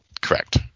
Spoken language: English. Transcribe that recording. Correct